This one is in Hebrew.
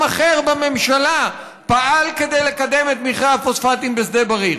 אחר בממשלה פעל כדי לקדם את מכרה הפוספטים בשדה בריר.